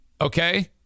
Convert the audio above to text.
Okay